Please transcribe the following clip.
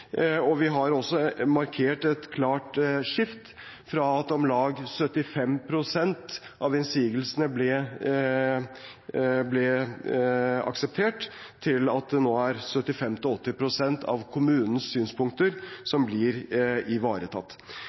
Vi har også markert et klart skifte – fra at om lag 75 pst. av innsigelsene ble akseptert, til at det nå er 75–80 pst. av kommunens synspunkter som blir ivaretatt.